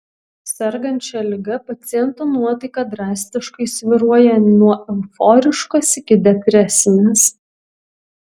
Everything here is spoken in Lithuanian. sergant šia liga paciento nuotaika drastiškai svyruoja nuo euforiškos iki depresinės